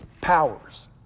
powers